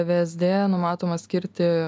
vsd numatoma skirti